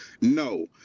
No